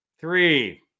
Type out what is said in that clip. three